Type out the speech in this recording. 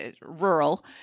rural